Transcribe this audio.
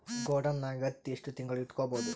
ಗೊಡಾನ ನಾಗ್ ಹತ್ತಿ ಎಷ್ಟು ತಿಂಗಳ ಇಟ್ಕೊ ಬಹುದು?